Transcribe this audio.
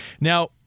Now